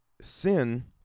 Sin